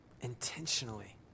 Intentionally